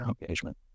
Engagement